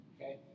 okay